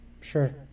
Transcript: Sure